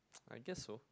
I guess so